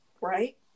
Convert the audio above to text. right